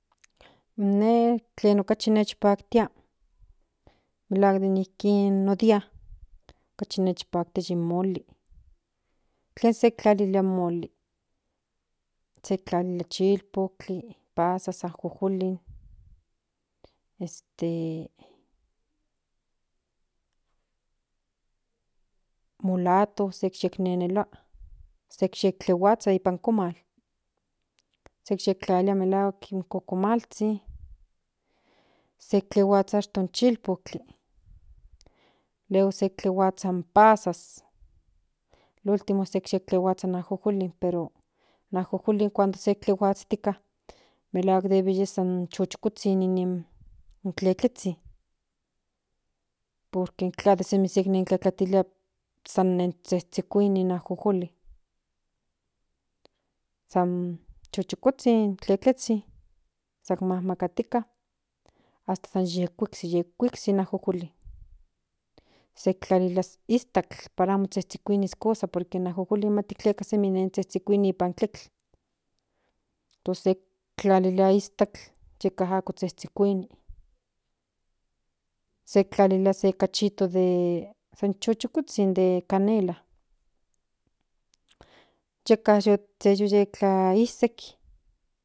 Ine tlen okachi nishpaktia melahua kin matia kuzhin nishpaktia in moli tlen se tlalilia in moli sek tlalilia chilpotl kil pazas ajojolin este molato se yiknenelia se yitlahuazol sek yinenelua nipan komal se kintlalia melahuak in kokomalzhin se tlahuazhas in chilpotli luego s yetlahuazhas in pazas por ultimo se ye tlahuazhas in ajojolin pero in ajojolin cuando se tlahuazhastika melahuak yeka yes chukozhin in tletlezhin por que intla se tlatitilia san nen zhekuini in ajojolin san chokozhizhin in tletlelzhin san nimakatikan hasta yikhuiksik in ajojolin se tlalilia iztakl para mozhekuiis kosa por que in ajojolin tleka semi nen zhekuini nipan tletl pues se tlalilia iztakl se ako zhezhekini se tlalilia se cachito se zhukozhizhi de canela yeka yu iztaistle